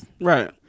right